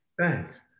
Thanks